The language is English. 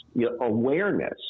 awareness